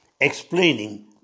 explaining